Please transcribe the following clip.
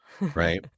right